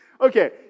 Okay